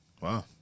wow